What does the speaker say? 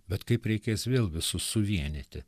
bet kaip reikės vėl visus suvienyti